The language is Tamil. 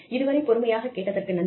இதுவரை பொறுமையாக கேட்டதற்கு நன்றி